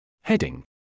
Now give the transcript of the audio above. Heading